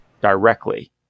directly